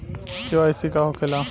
KYC का होखेला?